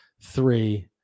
three